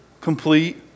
complete